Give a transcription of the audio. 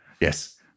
Yes